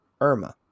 Irma